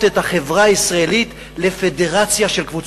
שהופכות את החברה הישראלית לפדרציה של קבוצות.